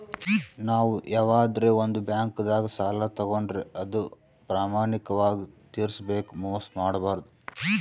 ನಾವ್ ಯವಾದ್ರೆ ಒಂದ್ ಬ್ಯಾಂಕ್ದಾಗ್ ಸಾಲ ತಗೋಂಡ್ರ್ ಅದು ಪ್ರಾಮಾಣಿಕವಾಗ್ ತಿರ್ಸ್ಬೇಕ್ ಮೋಸ್ ಮಾಡ್ಬಾರ್ದು